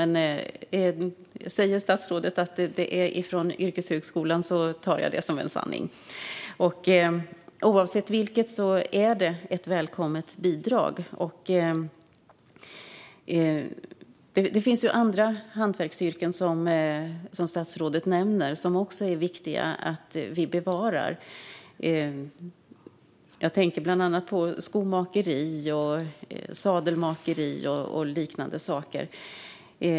Men säger statsrådet att de kommer från Myndigheten för yrkeshögskolan så tar jag det som en sanning. Oavsett vilket är det ett välkommet bidrag. Som statsrådet nämner finns det andra hantverksyrken som också är viktiga att bevara. Jag tänker bland annat på skomakeri, sadelmakeri och liknande.